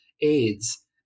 aids